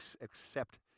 accept